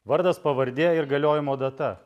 vardas pavardė ir galiojimo data